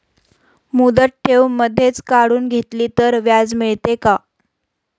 मुदत ठेव मधेच काढून घेतली तर व्याज मिळते का?